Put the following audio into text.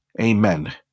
amen